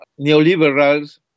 neoliberals